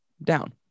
Down